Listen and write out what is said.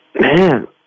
Man